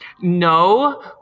No